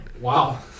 Wow